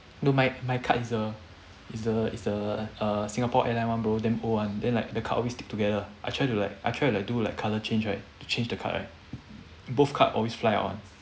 no my my card is the is the is the err singapore airline one bro damn old one then like the card always stick together I try to like I try to like do like colour change right to change the card right both card always fly out [one]